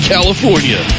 California